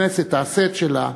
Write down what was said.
הכנסת תעשה את שלה,